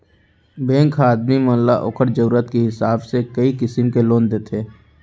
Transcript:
bank ह आदमी मन ल ओकर जरूरत के हिसाब से कई किसिम के लोन देथे